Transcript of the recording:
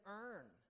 earn